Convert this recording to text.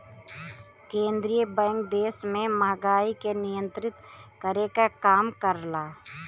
केंद्रीय बैंक देश में महंगाई के नियंत्रित करे क काम करला